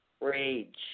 Rage